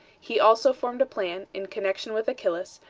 he also formed a plan, in connection with achillas,